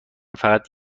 فقط